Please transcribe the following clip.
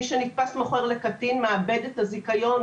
מי שנתפס מוכר לקטין מאבד את הזיכיון,